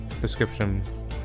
description